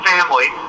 Family